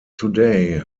today